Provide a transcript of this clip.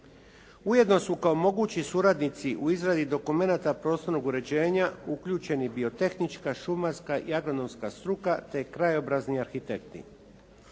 Ujedno su kao mogući suradnici u izradi dokumenata prostornog uređenja uključeni biotehnička, šumarska i agronomska struka te krajobrazni arhitekti.